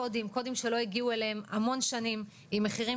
קודים שלא הגיעו אליהם המון שנים עם מחירים